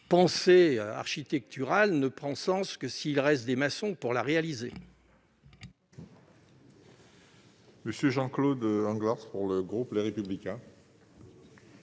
idée architecturale ne prend sens que s'il reste des maçons pour la concrétiser